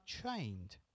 trained